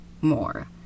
more